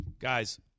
Guys